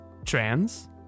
Trans